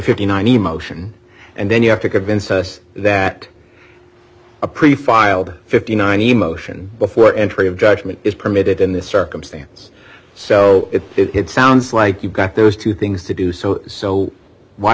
fifty nine emotion and then you have to convince us that a pre filing fifty nine emotion before entry of judgment is permitted in this circumstance so if it sounds like you got those two things to do so so why